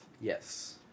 Yes